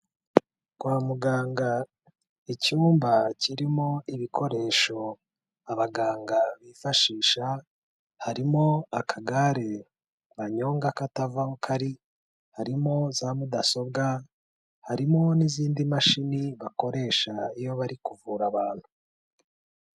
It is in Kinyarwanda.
Kwa muganga icyumba kirimo ibikoresho abaganga bifashisha harimo akagare banyonga katava aho kari, harimo za mudasobwa, harimo n'izindi mashini bakoresha iyo bari kuvura abantu.